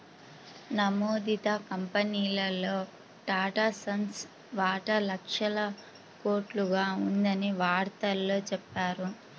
నమోదిత కంపెనీల్లో టాటాసన్స్ వాటా లక్షల కోట్లుగా ఉందని వార్తల్లో చెప్పారు